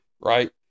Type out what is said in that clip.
right